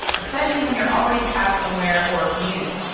especially when you're already trapped somewhere or commuting.